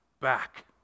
back